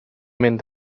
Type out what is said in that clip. mynd